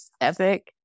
epic